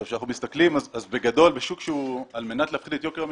כשאנחנו מסתכלים, על מנת להפחית את יוקר המחייה,